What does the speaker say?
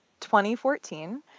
2014